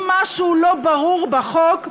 אם משהו לא ברור בחוק,